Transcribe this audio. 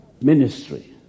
ministry